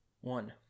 One